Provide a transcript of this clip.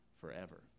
forever